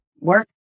work